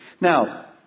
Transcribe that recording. Now